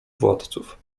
władców